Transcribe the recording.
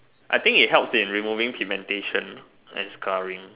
I think it helps in removing pigmentation and scarring